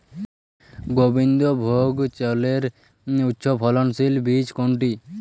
গোবিন্দভোগ চালের উচ্চফলনশীল বীজ কোনটি?